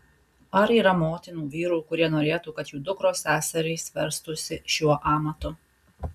ar yra motinų vyrų kurie norėtų kad jų dukros seserys verstųsi šiuo amatu